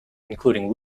including